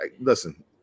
listen